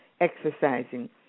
exercising